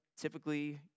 Typically